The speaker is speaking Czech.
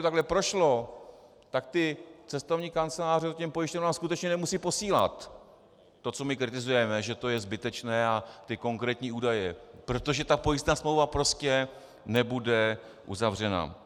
Na druhé straně, aby to prošlo, tak cestovní kanceláře to těm pojišťovnám skutečně nemusí posílat to, co my kritizujeme, že to je zbytečné, a ty konkrétní údaje, protože ta pojistná smlouva prostě nebude uzavřena.